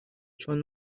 چون